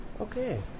Okay